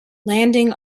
landing